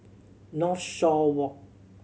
Northshore Walk